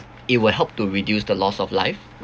it will help to reduce the loss of life